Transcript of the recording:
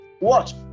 watch